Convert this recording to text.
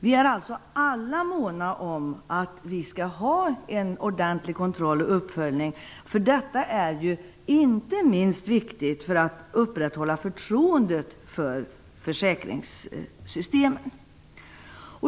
Vi är alltså alla måna om att vi skall ha en ordentlig kontroll och uppföljning. Det är inte minst viktigt för att upprätthålla förtroendet för försäkringssystemen.